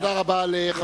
תודה רבה לחבר הכנסת.